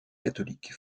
catholique